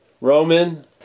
Roman